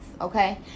okay